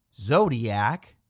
Zodiac